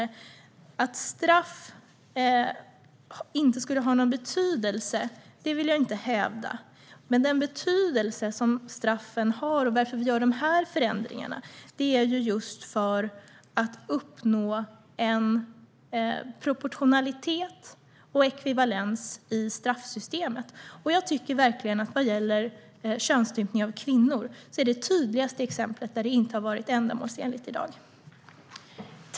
Jag vill inte hävda att straff inte skulle ha någon betydelse. Men med tanke på den betydelse som straffen har gör vi dessa förändringar just för att uppnå en proportionalitet och ekvivalens i straffsystemet. Jag tycker verkligen att könsstympning av kvinnor är det tydligaste exemplet där det inte har varit ändamålsenligt.